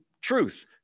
truth